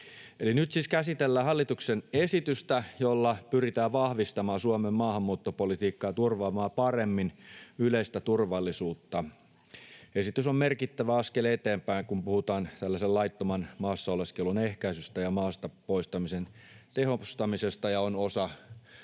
nyt siis käsitellään hallituksen esitystä, jolla pyritään vahvistamaan Suomen maahanmuuttopolitiikkaa turvaamaan paremmin yleistä turvallisuutta. Esitys on merkittävä askel eteenpäin, kun puhutaan tällaisen laittoman maassa oleskelun ehkäisystä ja maasta poistamisen tehostamisesta, ja on osa